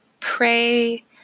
pray